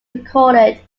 recorded